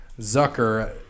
Zucker